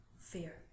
fear